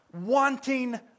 wanting